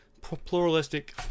Pluralistic